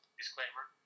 disclaimer